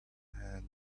hand